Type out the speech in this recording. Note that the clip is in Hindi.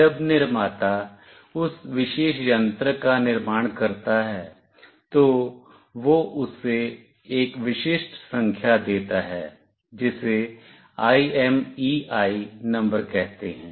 जब निर्माता उस विशेष यंत्र का निर्माण करता है तो वह उसे एक विशिष्ट संख्या देता है जिसे IMEI नंबर कहते है